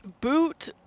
Boot